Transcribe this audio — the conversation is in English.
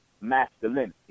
masculinity